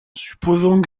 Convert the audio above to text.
supposons